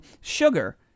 sugar